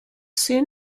soon